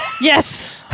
Yes